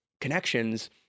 connections